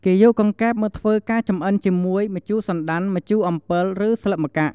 គេយកកង្កែបមកធ្វើការចំអិនជាមួយ ម្ជូរសណ្ដាន់ ម្ជូរអំពិល ឬស្លឹកម្កាក់់ ។